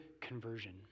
conversion